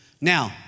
Now